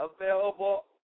available